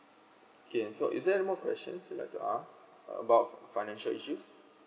okay so is there any more questions you like to ask about financial issues